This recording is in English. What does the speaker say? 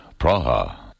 Praha